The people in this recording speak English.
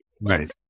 Right